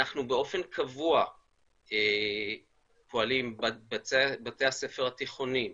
אנחנו באופן קבוע פועלים בבתי הספר התיכוניים,